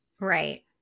Right